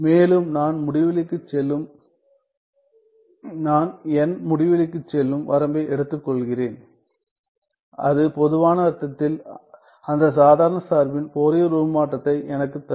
மேலும் நான் n முடிவிலிக்குச் செல்லும் வரம்பை எடுத்துக்கொள்கிறேன் அது பொதுவான அர்த்தத்தில் அந்த சாதாரண சார்பின் ஃபோரியர் உருமாற்றத்தை எனக்குத் தரும்